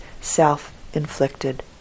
self-inflicted